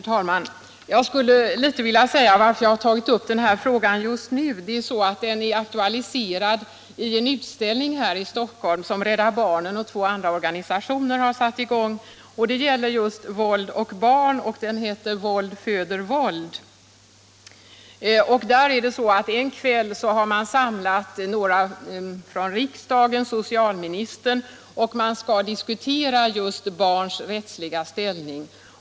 Herr talman! Jag skulle vilja säga något om varför jag har tagit upp den här frågan just nu. Den är aktualiserad i en utställning här i Stockholm som Rädda barnen och två andra organisationer har satt i gång. Det gäller våld och barn, och utställningen heter Våld föder våld. Till en 75 kväll denna vecka har man samlat några riksdagsledamöter och socialministern, och vi skall diskutera barns rättsliga ställning.